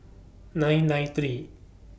nine nine three